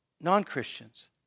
non-Christians